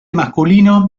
masculino